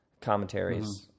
commentaries